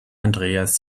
andreas